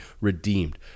redeemed